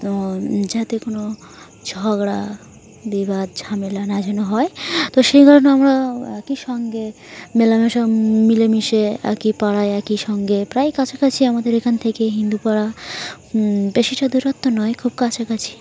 তো যাতে কোনো ঝগড়া বিবাদ ঝামেলা না যেন হয় তো সেইভাবে আমরা একই সঙ্গে মেলামেশা মিলেমিশে একই পাড়ায় একই সঙ্গে প্রায় কাছাকাছি আমাদের এখান থেকে হিন্দু পাড়া বেশিটা দূরত্ব নয় খুব কাছাকাছি